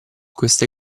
queste